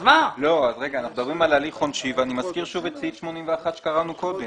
אנחנו מדברים על הליך עונשי ואני מזכיר שוב את סעיף 81 שקראנו קודם.